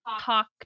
talk